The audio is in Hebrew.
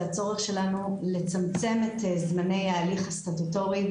הצורך שלנו לצמצם את הזמני ההליך הסטטוטורי.